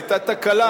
היתה תקלה.